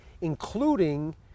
including